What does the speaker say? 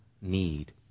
need